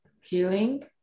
healing